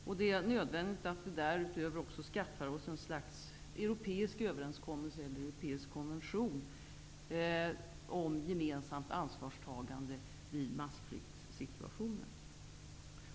Det är också nödvändigt att vi träffar ett slags europeisk överenskommelse eller konvention om gemensamt ansvarstagande i massflyktssituationer.